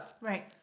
Right